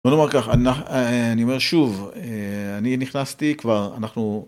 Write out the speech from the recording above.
כלומר כך אני אומר שוב אני נכנסתי כבר אנחנו.